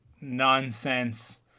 nonsense